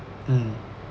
mm